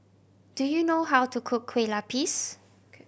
do you know how to cook Kueh Lapis